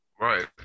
Right